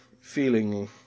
feeling